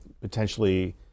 potentially